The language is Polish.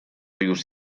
już